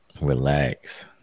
Relax